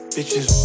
Bitches